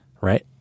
Right